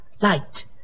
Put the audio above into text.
Light